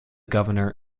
governor